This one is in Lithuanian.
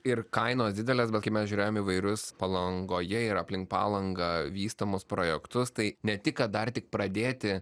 ir kainos didelės bet kai mes žiūrėjom įvairius palangoje ir aplink palangą vystomus projektus tai ne tik kad dar tik pradėti